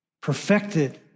perfected